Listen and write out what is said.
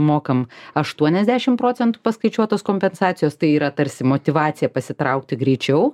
mokam aštuoniasdešim procentų paskaičiuotos kompensacijos tai yra tarsi motyvacija pasitraukti greičiau